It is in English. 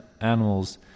animals